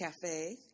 cafe